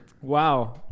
Wow